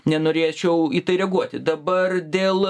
nenorėčiau į tai reaguoti dabar dėl